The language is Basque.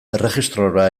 erregistrora